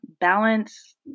balance